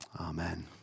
Amen